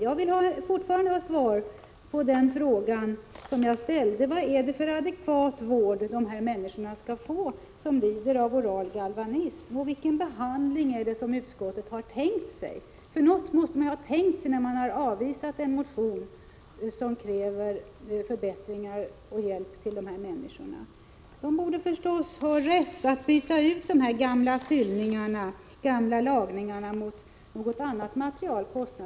Jag vill fortfarande ha svar på den fråga som jag ställde: Vad är det för en adekvat vård de människor skall få som lider av oral galvanism? Vilken behandling är det som utskottet har tänkt sig? Något måste man ju ha tänkt på när man har avvisat en motion som kräver förbättringar och hjälp till dessa människor. De borde förstås ha rätt att kostnadsfritt byta ut dessa gamla lagningar mot fyllningar med något annat material.